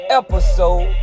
episode